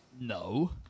No